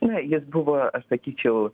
na jis buvo aš sakyčiau